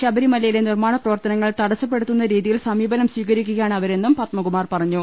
ശബരിമലയിലെ നിർമ്മാണ പ്രവർത്തന ങ്ങൾ തട സ്സ പ്പെടുത്തുന്ന രീതിയിൽ സമീ പനം സ്വീകരിക്കുകയാണ് അവരെന്നും പത്മകുമാർ പറഞ്ഞു